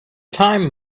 time